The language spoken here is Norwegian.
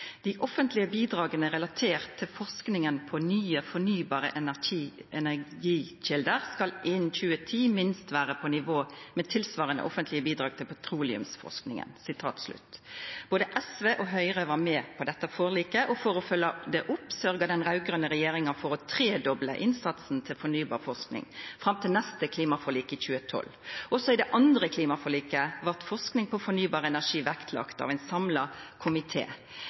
offentlige bidragene relatert til forskningen på nye fornybare energikilder skal innen 2010 minst være på nivå med tilsvarende offentlige bidrag til petroleumsforskningen.» Både SV og Høgre var med på dette forliket, og for å følgja det opp sørgde den raud-grøne regjeringa for å tredobla innsatsen til fornybar forsking fram til neste klimaforlik, i 2012. Også i det andre klimaforliket blei forsking på fornybar energi vektlagd av ein samla